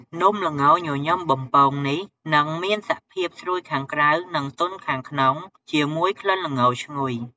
នំល្ងញញឹមបំពងនេះនឹងមានសភាពស្រួយខាងក្រៅ និងទន់ខាងក្នុង ជាមួយក្លិនល្ងឈ្ងុយ។